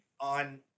on